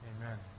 Amen